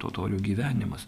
totorių gyvenimas